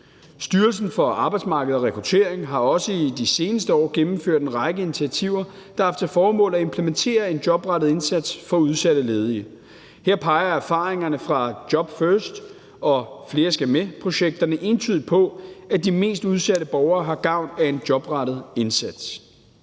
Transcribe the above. Styrelsen for Arbejdsmarked og Rekruttering har også i de seneste år gennemført en række initiativer, der har haft til formål at implementere en jobrettet indsats for udsatte ledige. Her peger erfaringerne fra job first- og flere skal med-projekterne entydigt på, at de mest udsatte borgere har gavn af en jobrettet indsats.